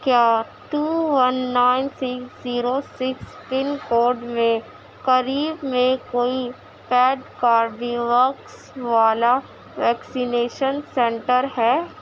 کیا two one nine six zero six pin code میں قریب میں کوئی پیڈ کاربی وکس والا ویکسینیشن سینٹر ہے